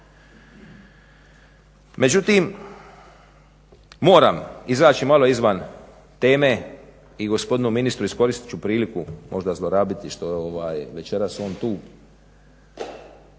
Međutim, moram izaći malo izvan teme i gospodinu ministru iskoristit ću priliku možda zlorabiti što je večeras on tu.